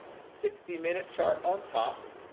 sixty minute chart on top,